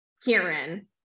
Kieran